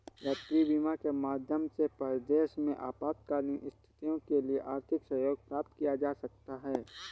यात्री बीमा के माध्यम से परदेस में आपातकालीन स्थितियों के लिए आर्थिक सहयोग प्राप्त किया जा सकता है